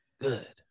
good